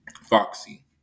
foxy